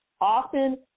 Often